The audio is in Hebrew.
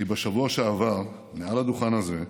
כי בשבוע שעבר, מעל הדוכן הזה,